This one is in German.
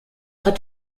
hat